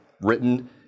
written